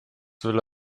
will